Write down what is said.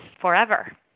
forever